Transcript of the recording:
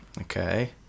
Okay